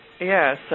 Yes